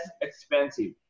expensive